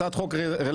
הצעת חוק רלוונטית,